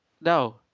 No